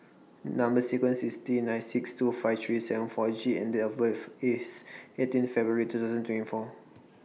Number sequence IS T nine six two five three seven four G and Date of birth IS eighteen February two thousand twenty four